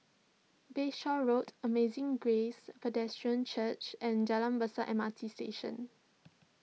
Bayshore Road Amazing Grace Presbyterian Church and Jalan Besar M R T Station